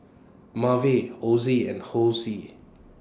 Maeve Ozzie and Hosie